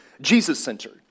Jesus-centered